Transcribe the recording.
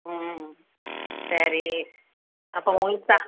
ம் ம் சரி அப்போ உங்களுக்கு சா